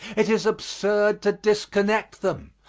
it is absurd to disconnect them.